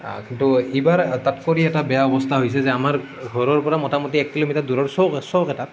কিন্তু এবাৰ তাত কৰি এটা বেয়া অৱস্থা হৈছে যে আমাৰ ঘৰৰ পৰা মোটামুটি এক কিলোমিটাৰ দূৰত চ'ক চ'ক এটা